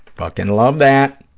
fuckin' love that,